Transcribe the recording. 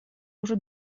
уже